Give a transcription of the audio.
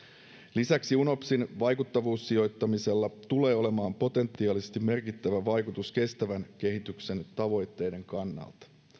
lisäksi unopsin vaikuttavuussijoittamisella tulee olemaan potentiaalisesti merkittävä vaikutus kestävän kehityksen tavoitteiden kannalta